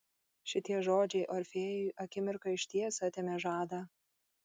šitie žodžiai orfėjui akimirką išties atėmė žadą